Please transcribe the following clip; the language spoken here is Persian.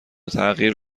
تغییر